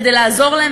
כדי לעזור להם,